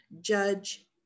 judge